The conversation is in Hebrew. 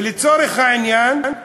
ולצורך העניין,